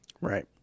right